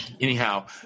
Anyhow